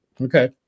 Okay